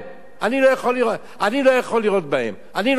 אני לא יכול לירות בהם, אני לא מסוגל.